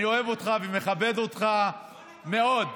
אני אוהב אותך ומכבד אותך מאוד.